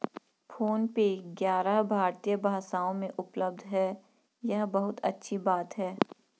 phone पे ग्यारह भारतीय भाषाओं में उपलब्ध है यह बहुत अच्छी बात है